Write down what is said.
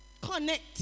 connect